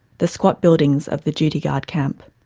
the squat buildings of the duty guard camp,